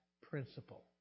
principle